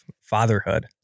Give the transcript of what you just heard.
fatherhood